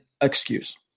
excuse